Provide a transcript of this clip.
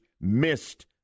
missed